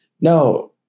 no